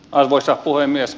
arvoisa puhemies